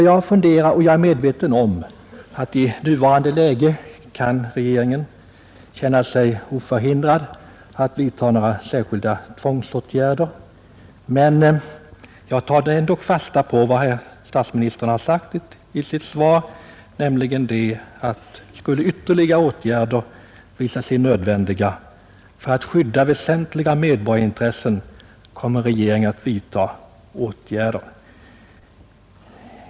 Jag är medveten om att regeringen i nuvarande läge kan känna sig förhindrad att vidta tvångsåtgärder, men jag tar ändå fasta på vad statsministern sagt i sitt svar, nämligen att regeringen om ytterligare åtgärder skulle visa sig nödvändiga för att skydda väsentliga medborgarintressen också kommer att vidta dessa åtgärder.